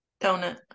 Donut